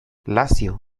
lazio